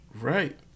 right